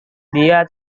dia